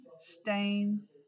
stain